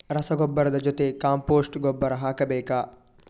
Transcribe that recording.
ರಸಗೊಬ್ಬರದ ಜೊತೆ ಕಾಂಪೋಸ್ಟ್ ಗೊಬ್ಬರ ಹಾಕಬೇಕಾ?